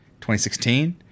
2016